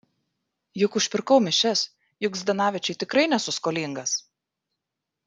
juk užpirkau mišias juk zdanavičiui tikrai nesu skolingas